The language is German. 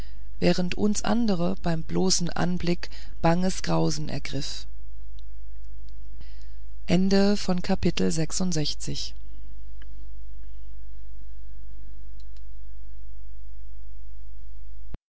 während uns andere beim bloßen anblick banges grausen ergriff